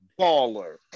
baller